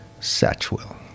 Satchwell